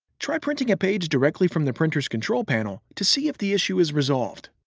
try printing a page directly from the printer's control panel to see if the issue is resolved.